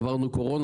עברנו קורונה,